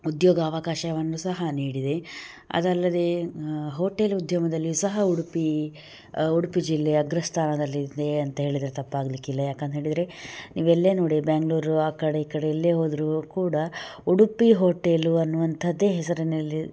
ಉದ್ಯೋಗ ಅವಕಾಶವನ್ನು ಸಹ ನೀಡಿದೆ ಅದಲ್ಲದೆ ಹೋಟೆಲ್ ಉದ್ಯಮದಲ್ಲಿಯೂ ಸಹ ಉಡುಪಿ ಉಡುಪಿ ಜಿಲ್ಲೆ ಅಗ್ರಸ್ಥಾನದಲ್ಲಿದೆ ಅಂತ ಹೇಳಿದರೆ ತಪ್ಪಾಗಲಿಕ್ಕಿಲ್ಲ ಯಾಕಂತ್ಹೇಳಿದರೆ ನೀವೆಲ್ಲೆ ನೋಡಿ ಬೆಂಗ್ಳೂರು ಆಕಡೆ ಈಕಡೆ ಎಲ್ಲೇ ಹೋದರು ಕೂಡ ಉಡುಪಿ ಹೋಟೆಲು ಅನ್ನುವಂಥದ್ದೆ ಹೆಸರಿನಲ್ಲಿ